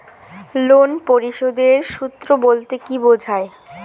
Loan পরিশোধের সূএ বলতে কি বোঝায়?